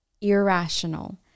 irrational